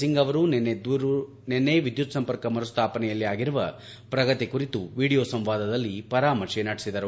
ಸಿಂಗ್ ಅವರು ನಿನ್ನೆ ವಿದ್ಯುತ್ ಸಂಪರ್ಕ ಮರುಸ್ವಾಪನೆಯಲ್ಲಿ ಆಗಿರುವ ಪ್ರಗತಿ ಕುರಿತು ವೀಡಿಯೊ ಸಂವಾದದಲ್ಲಿ ಪರಾಮರ್ಶೆ ನಡೆಸಿದರು